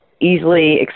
easily